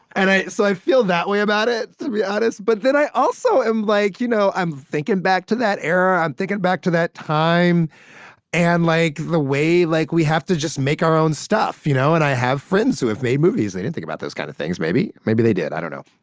and i so i feel that way about it, to be honest. but then i also am, like you know, i'm thinking back to that era. i'm thinking back to that time and, like, the way, like, we have to just make our own stuff, you know? and i have friends who have made movies. they don't think about those kind of things, maybe. maybe they did. i don't know.